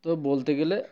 তো বলতে গেলে